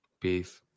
Peace